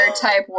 type